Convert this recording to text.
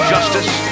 Justice